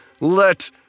Let